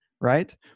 Right